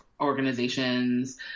organizations